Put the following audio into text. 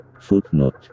Footnote